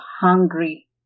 hungry